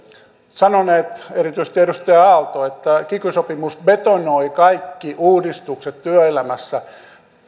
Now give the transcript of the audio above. sanoneet erityisesti edustaja aalto että kiky sopimus betonoi kaikki uudistukset työelämässä